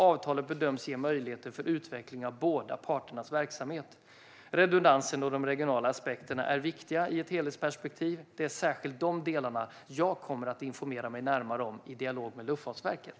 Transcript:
Avtalet bedöms ge möjligheter för utveckling av båda parternas verksamhet. Redundansen och de regionala aspekterna är viktiga i ett helhetsperspektiv. Det är särskilt de delarna jag kommer att informera mig närmare om i dialog med Luftfartsverket.